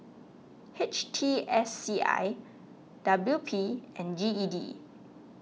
H T S C I W P and G E D